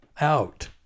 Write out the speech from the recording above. out